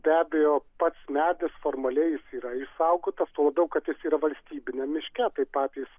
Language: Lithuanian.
be abejo pats medis formaliai jis yra išsaugotas tuo labiau kad jis yra valstybiniam miške tai patys